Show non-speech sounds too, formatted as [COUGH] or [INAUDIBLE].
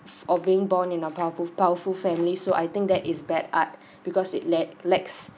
of being born in a powerful powerful family so I think that is bad art [BREATH] because it la~ lacks